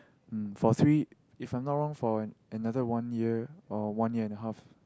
um for three if I'm not wrong for another one year or one year and a half